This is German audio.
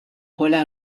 paula